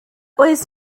oes